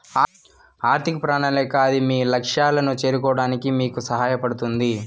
ఆర్థిక ప్రణాళిక అది మీ లక్ష్యాలను చేరుకోవడానికి మీకు సహాయపడుతుంది